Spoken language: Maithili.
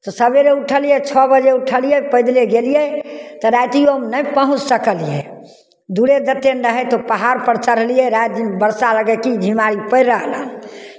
तऽ सवेरे उठलियै छओ बजे उठलियै पैदले गेलियै तऽ रातिओमे नहि पहुँच सकलियै दूरे ततेक ने रहै तऽ पहाड़पर चढ़लियै रातिमे वर्षा लगय कि धीमा पड़ि रहल हइ